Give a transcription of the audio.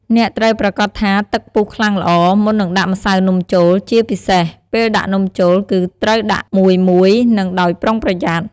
អ្នកត្រូវប្រាកដថាទឹកពុះខ្លាំងល្អ មុននឹងដាក់ម្សៅនំចូល ជាពិសេស ពេលដាក់នំចូល គឺត្រូវដាក់មួយៗ និងដោយប្រុងប្រយ័ត្ន។